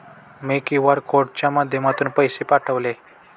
मी QR कोडच्या माध्यमातून पैसे पाठवले